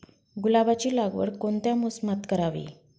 गुलाबाची लागवड कोणत्या मोसमात करावी?